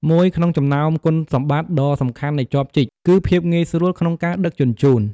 មួយក្នុងចំណោមគុណសម្បត្តិដ៏សំខាន់នៃចបជីក គឺភាពងាយស្រួលក្នុងការដឹកជញ្ជូន។